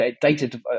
data